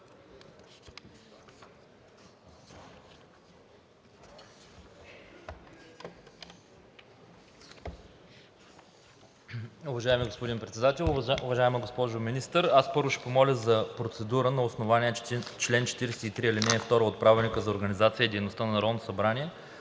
Уважаеми господин Председател, уважаема госпожо Министър! Първо ще помоля за процедура на основание чл. 43, ал. 2 от Правилника за организацията и дейността на Народното събрание